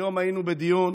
היום היינו בדיון